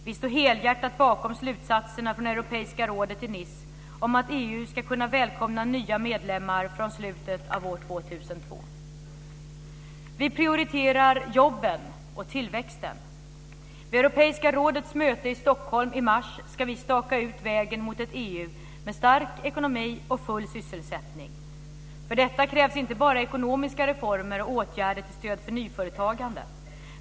Vi står helhjärtat bakom slutsatserna från Europeiska rådet i Nice om att EU ska kunna välkomna nya medlemmar från slutet av år 2002. Vi prioriterar jobben - och tillväxten. Vid Europeiska rådets möte i Stockholm i mars ska vi staka ut vägen mot ett EU med stark ekonomi och full sysselsättning. För detta krävs inte bara ekonomiska reformer och åtgärder till stöd för nyföretagande.